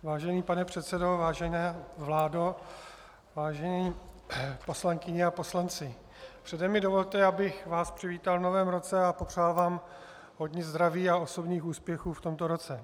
Vážený pane předsedo, vážená vládo, vážené poslankyně a poslanci, předem mi dovolte, abych vás přivítal v novém roce a popřál vám hodně zdraví a osobních úspěchů v tomto roce.